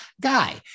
guy